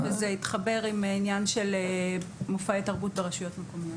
וזה התחבר עם עניין של מופעי תרבות ברשויות מקומיות.